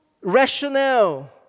rationale